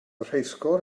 rheithgor